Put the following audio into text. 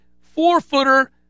four-footer